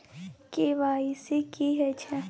KYC की हय छै?